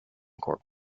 corps